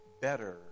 better